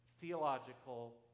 theological